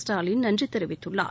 ஸ்டாலின் நன்றி தெரிவித்துள்ளார்